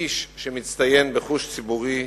איש שמצטיין בחוש ציבורי,